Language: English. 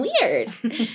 Weird